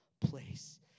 place